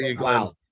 Wow